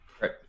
Right